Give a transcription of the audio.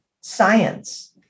science